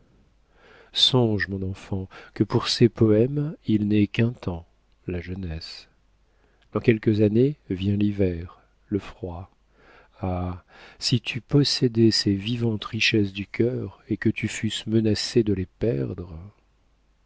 songe mon enfant que pour ces poèmes il n'est qu'un temps la jeunesse dans quelques années vient l'hiver le froid ah si tu possédais ces vivantes richesses du cœur et que tu fusses menacée de les perdre